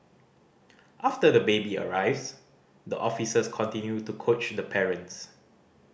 after the baby arrives the officers continue to coach the parents